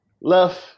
Left